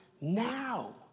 now